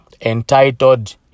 entitled